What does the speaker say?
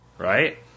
Right